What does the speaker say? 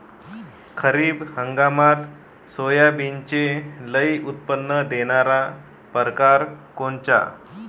खरीप हंगामात सोयाबीनचे लई उत्पन्न देणारा परकार कोनचा?